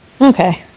Okay